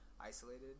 isolated